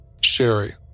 Sherry